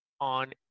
on